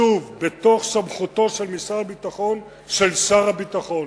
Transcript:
שוב, בסמכותו של משרד הביטחון, של שר הביטחון.